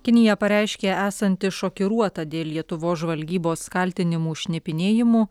kinija pareiškė esanti šokiruota dėl lietuvos žvalgybos kaltinimų šnipinėjimu